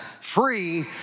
free